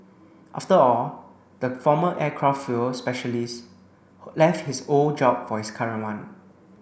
after all the former aircraft fuel specialist left his old job for his current one